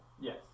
Yes